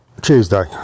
Tuesday